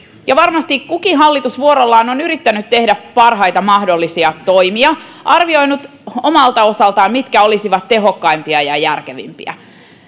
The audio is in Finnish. varmasti kukin hallitus vuorollaan on yrittänyt tehdä parhaita mahdollisia toimia arvioinut omalta osaltaan mitkä olisivat tehokkaimpia ja järkevimpiä